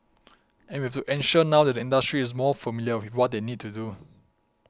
and we have to ensure now that the industry is more familiar with what they need to do